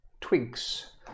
twigs